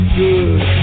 good